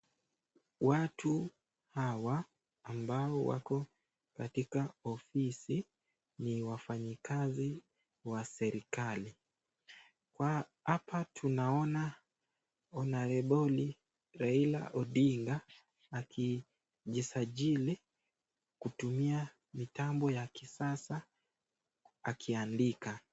Watu hawa ambao wako katika ofisi ni wafanyikazi wa serikali. Kwa hapa tunaona kuna eboli Raila Odinga akiji sajili kutumia mitambo ya kisasa akiandika.